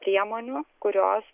priemonių kurios